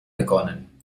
begonnen